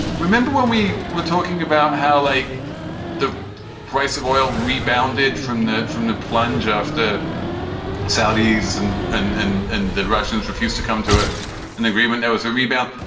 remember when we were talking about how, like the price of oil rebounded from the from the plunge of the saudis and and and and the russians refused to come to ah an agreement, there was a rebound.